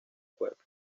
cuerpo